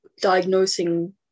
diagnosing